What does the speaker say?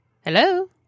Hello